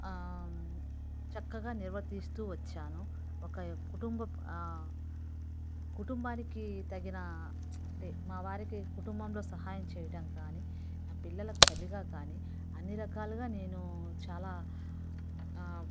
చక్కగా నిర్వర్తిస్తూ వచ్చాను ఒక కుటుంబ కుటుంబానికి తగిన అంటే మా వారికి కుటుంబంలో సహాయం చేయడం కాని నా పిల్లలకి తల్లిగా కాని అన్ని రకాలుగా నేను చాలా